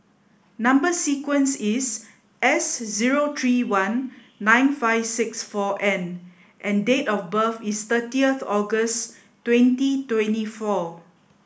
number sequence is S zero three one nine five six four N and date of birth is thirtieth August twenty twenty four